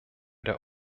der